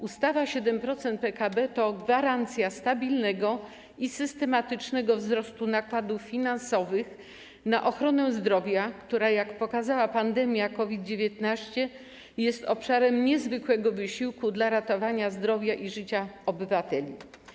Ustawa 7% PKB to gwarancja stabilnego i systematycznego wzrostu nakładów finansowych na ochronę zdrowia, która, jak pokazała pandemia COVID-19, jest obszarem niezwykłego wysiłku, jeśli chodzi o ratowanie zdrowia i życia obywateli.